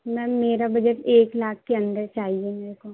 میم میرا بجٹ ایک لاکھ کے اندر چاہیے میرے کو